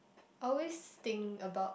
always think about